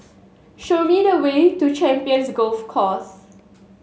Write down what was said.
show me the way to Champions Golf Course